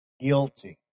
guilty